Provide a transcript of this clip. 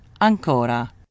ancora